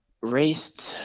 raced